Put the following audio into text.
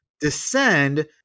descend